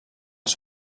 els